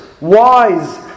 wise